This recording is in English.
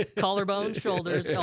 ah collarbone, shoulders, yeah